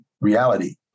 reality